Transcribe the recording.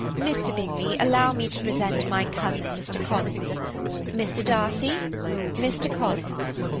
mr. bingley, allow me to present my cousin, mr. collins mr. darcy mr. collins.